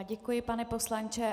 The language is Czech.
Děkuji, pane poslanče.